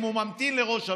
אם הוא ממתין לראש הממשלה,